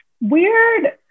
weird